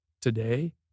today